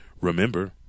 Remember